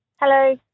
Hello